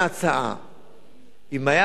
אם היה בה איזשהו דבר דרמטי,